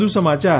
વધુ સમાચાર